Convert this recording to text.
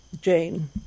Jane